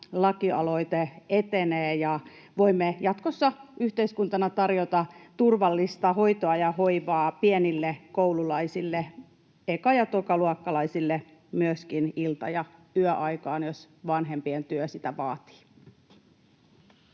lakialoite etenee ja voimme jatkossa yhteiskuntana tarjota turvallista hoitoa ja hoivaa pienille koululaisille, eka‑ ja tokaluokkalaisille, myöskin ilta‑ ja yöaikaan, jos vanhempien työ sitä vaatii.